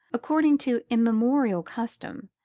according to immemorial custom,